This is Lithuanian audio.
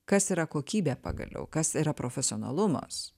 kas yra kokybė pagaliau kas yra profesionalumas